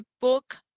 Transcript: book